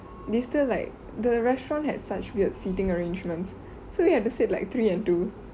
they still like the restaurant has such weird seating arrangements so you have to sit like three and two